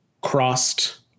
crossed